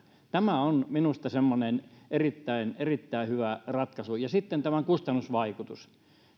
tämä on minusta semmoinen erittäin erittäin hyvä ratkaisu ja sitten tämän kustannusvaikutus